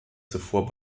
zuvor